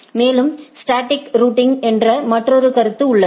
மேலும் static routing என்ற மற்றொரு கருத்து உள்ளது